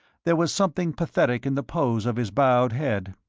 there was something pathetic in the pose of his bowed head.